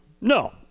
No